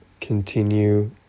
continue